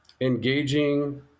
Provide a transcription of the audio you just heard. engaging